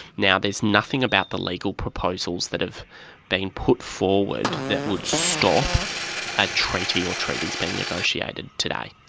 now, there's nothing about the legal proposals that have been put forward that would stop a treaty or treaties being negotiated today.